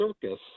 circus